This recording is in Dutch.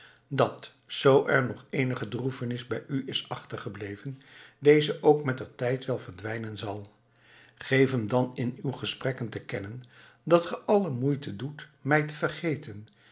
dat zoo er nog eenige droefenis bij u is achtergebleven deze ook mettertijd wel verdwijnen zal geef hem dan in uw gesprekken te kennen dat ge alle moeite doet mij te vergeten